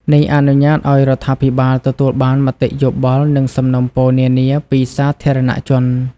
នេះអនុញ្ញាតឱ្យរដ្ឋាភិបាលទទួលបានមតិយោបល់ និងសំណូមពរនានាពីសាធារណជន។